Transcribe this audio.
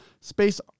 Space